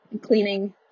Cleaning